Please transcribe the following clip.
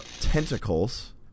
tentacles